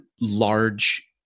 large